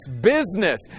business